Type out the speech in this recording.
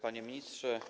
Panie Ministrze!